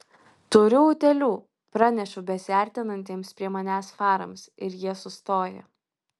turiu utėlių pranešu besiartinantiems prie manęs farams ir jie sustoja